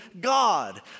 God